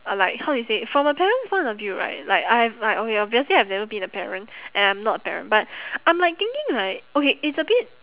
uh like how do you say from a parents point of view right like I've like okay obviously I've never been a parent and I'm not a parent but I'm like thinking right okay it's a bit